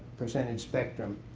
percentage spectrum